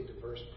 diverse